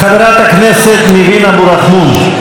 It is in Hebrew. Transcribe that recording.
חברת הכנסת ניבין אבו רחמון,